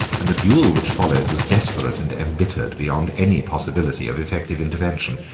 and the duel which followed was desperate and embittered beyond any possibility of effective intervention.